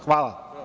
Hvala.